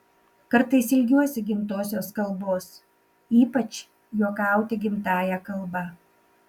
kartais ilgiuosi gimtosios kalbos ypač juokauti gimtąja kalba